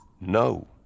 No